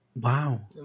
Wow